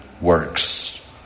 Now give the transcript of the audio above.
works